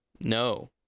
No